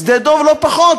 שדה-דב לא פחות,